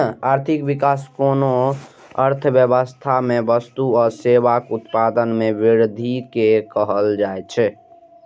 आर्थिक विकास कोनो अर्थव्यवस्था मे वस्तु आ सेवाक उत्पादन मे वृद्धि कें कहल जाइ छै